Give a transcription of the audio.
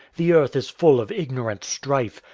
the earth is full of ignorant strife,